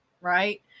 Right